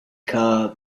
car